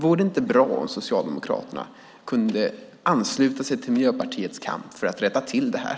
Vore det inte bra om Socialdemokraterna kunde ansluta sig till Miljöpartiets kamp för att rätta till det här?